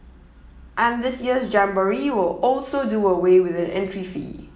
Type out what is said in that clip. and this year's jamboree will also do away with an entry fee